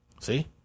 See